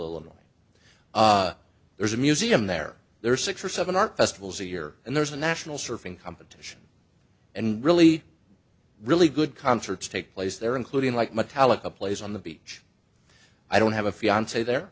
illinois there's a museum there there are six or seven art festivals a year and there's a national surfing competition and really really good concerts take place there including like metallica plays on the beach i don't have a fiance there